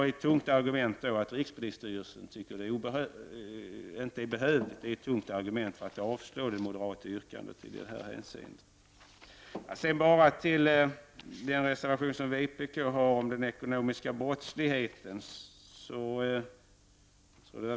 Detta är ett tungt argument för att avslå det moderata yrkandet i detta hänseende.